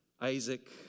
Isaac